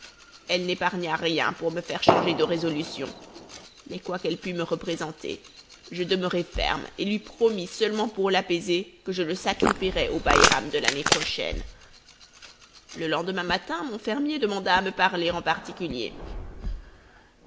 elle n'épargna rien pour me faire changer de résolution mais quoi qu'elle pût me représenter je demeurai ferme et lui promis seulement pour l'apaiser que je le sacrifierais au baïram de l'année prochaine le lendemain matin mon fermier demanda à me parler en particulier